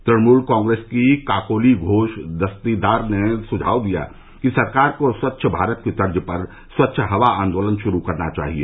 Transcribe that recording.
तृणमूल कांग्रेस की काकोली घोष दस्तीदार ने सुम्नाव दिया कि सरकार को स्वच्छ भारत की तर्ज पर स्वच्छ हवा आंदोलन शुरू करना चाहिए